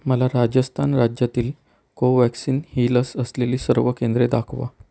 मला राजस्थान राज्यातील कोवॅक्सिन ही लस असलेली सर्व केंद्रे दाखवा